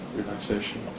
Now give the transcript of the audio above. relaxation